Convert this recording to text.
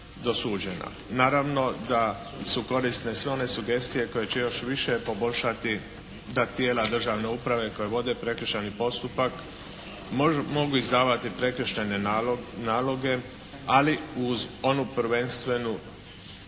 dosuđena. Naravno da su korisne sve one sugestije koje će još više poboljšati da tijela državne uprave koje vode prekršajni postupak mogu izdavati prekršajne naloge, ali uz onu prvenstvenu